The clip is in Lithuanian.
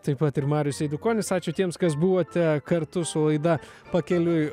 taip pat ir marius eidukonis ačiū tiems kas buvote kartu su laida pakeliui